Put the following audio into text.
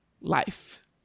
life